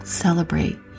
Celebrate